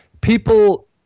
people